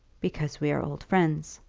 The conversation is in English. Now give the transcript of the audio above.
because we are old friends,